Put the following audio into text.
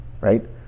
Right